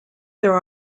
there